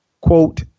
Quote